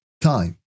time